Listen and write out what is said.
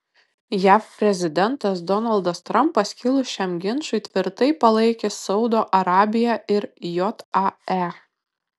jav prezidentas donaldas trampas kilus šiam ginčui tvirtai palaikė saudo arabiją ir jae